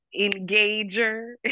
engager